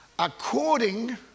according